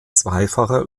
zweifache